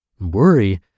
Worry